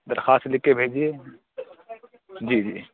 درخواست لکھ کے بھیجیے جی جی